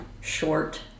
short